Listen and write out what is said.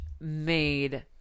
made